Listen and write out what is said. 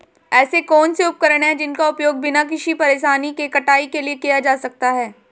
ऐसे कौनसे उपकरण हैं जिनका उपयोग बिना किसी परेशानी के कटाई के लिए किया जा सकता है?